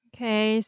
Okay